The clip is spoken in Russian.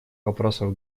вопросов